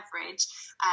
leverage